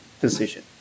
decision